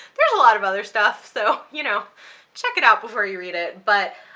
there's a lot of other stuff so you know check it out before you read it, but